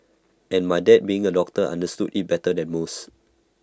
and my dad being A doctor understood IT better than most